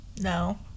No